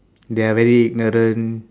they are very ignorant